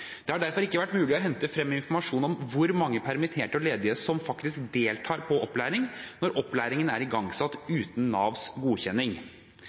Det har derfor ikke vært mulig å hente frem informasjon om hvor mange permitterte og ledige som faktisk deltar på opplæring, når opplæringen er igangsatt uten Navs godkjenning.